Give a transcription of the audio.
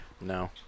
No